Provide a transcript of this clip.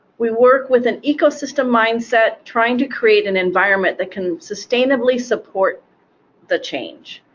we work with an ecosystem mindset trying to create an environment that can sustainably support the change.